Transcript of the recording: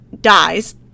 dies